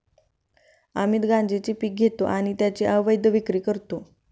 अमित गांजेचे पीक घेतो आणि त्याची अवैध विक्री करतो